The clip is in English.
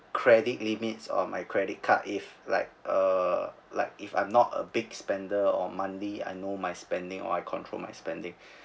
credit limits on my credit card if like uh like if I'm not a big spender on monthly I know my spending or I control my spending